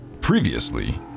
Previously